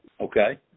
Okay